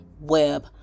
web